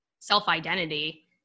self-identity